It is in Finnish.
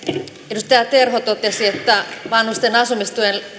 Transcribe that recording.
edustaja terho totesi että vanhusten asumistuen